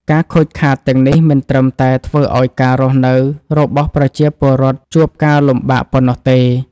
ការខូចខាតទាំងនេះមិនត្រឹមតែធ្វើឱ្យការរស់នៅរបស់ប្រជាពលរដ្ឋជួបការលំបាកប៉ុណ្ណោះទេ។